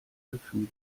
gefühle